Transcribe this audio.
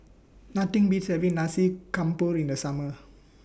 Nothing Beats having Nasi Campur in The Summer